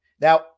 now